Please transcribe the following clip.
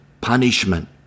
punishment